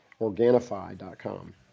Organifi.com